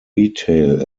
retail